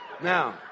Now